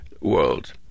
world